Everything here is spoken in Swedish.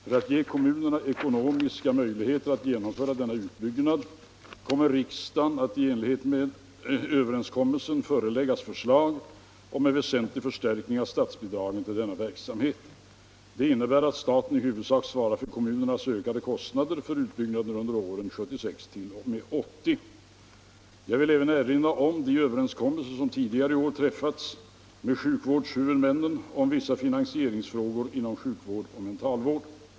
För att ge kommunerna ekonomiska möjligheter att genomföra denna utbyggnad kommer riksdagen att i enlighet med överenskommelsen föreläggas förslag om en väsentlig förstärkning av statsbidragen till denna verksamhet. Detta innebär att staten i huvudsak svarar för kommunernas ökade kostnader för utbyggnaden under åren 1976-1980. Jag vill även erinra om de överenskommelser som tidigare i år träffats med sjukvårdshuvudmännen om vissa finansieringsfrågor inom sjukvård och mentalvård.